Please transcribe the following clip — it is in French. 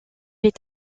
est